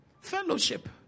fellowship